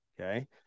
okay